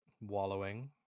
wallowing